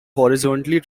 horizontally